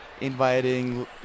inviting